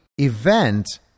event